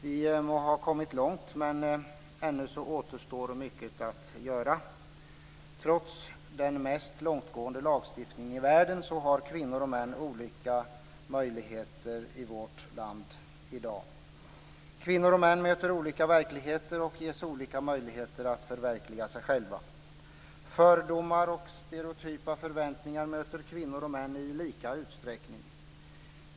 Vi må ha kommit långt, men ännu återstår mycket att göra. Trots den mest långtgående lagstiftningen i världen har kvinnor och män olika möjligheter i vårt land i dag. Kvinnor och män möter olika verkligheter och ges olika möjligheter att förverkliga sig själva. Fördomar och stereotypa förväntningar möter kvinnor och män i lika stor utsträckning.